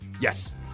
Yes